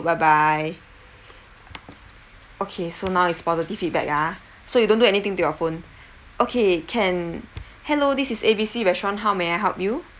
bye bye okay so now is positive feedback ah so you don't do anything to your phone okay can hello this is A B C restaurant how may I help you